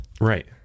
Right